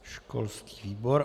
Školský výbor.